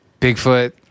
Bigfoot